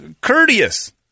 courteous